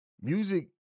music